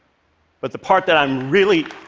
but the part that i'm really